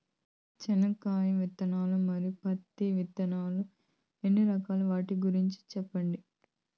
చెనక్కాయ విత్తనాలు, మరియు పత్తి విత్తనాలు ఎన్ని రకాలు వాటి గురించి సెప్పండి?